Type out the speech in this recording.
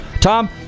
Tom